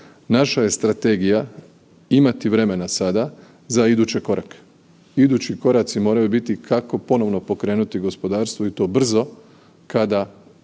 Naša je strategija imati vremena sada za iduće korake, idući koraci moraju biti kako ponovno pokrenuti gospodarstvo i to brzo kada